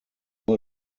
all